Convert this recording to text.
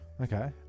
Okay